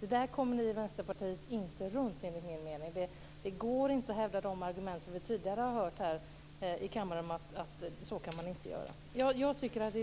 Enligt min mening kommer ni i Vänsterpartiet inte runt det. Det går inte att hävda de argument som vi tidigare har hört här i kammaren om att man inte kan göra så.